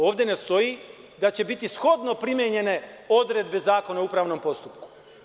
Ovde ne stoji da će biti shodno primenjene odredbe Zakona o upravnom postupku.